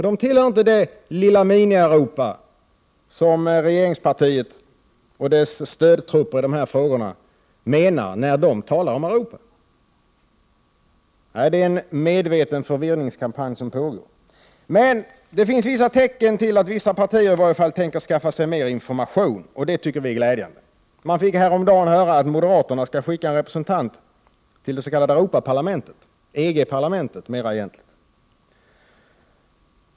De tillhör inte det lilla Minieuropa som regeringspartiet och dess stödtrupper i dessa frågor menar när de talar om Europa. Det är en medveten förvirringskampanj som pågår. Men det finns vissa tecken till att vissa partier i varje fall tänker skaffa sig mer information, och det är glädjande. Vi fick häromdagen höra att moderaterna skall skicka en representant till EG-parlamentet.